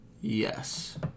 Yes